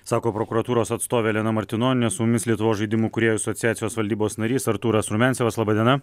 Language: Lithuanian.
sako prokuratūros atstovė elena martinonienė su mumis lietuvos žaidimų kūrėjų asociacijos valdybos narys artūras rumiancevas laba diena